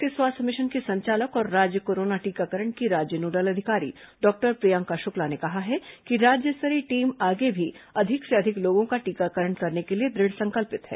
राष्ट्रीय स्वास्थ्य मिशन की संचालक और राज्य कोरोना टीकाकरण की राज्य नोडल अधिकारी डॉक्टर प्रियंका शुक्ला ने कहा है कि राज्य स्तरीय टीम आगे भी अधिक से अधिक लोगों का टीकाकरण करने के लिए दृढ़ संकल्पित है